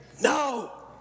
no